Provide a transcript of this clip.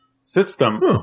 system